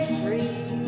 free